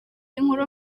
inkuru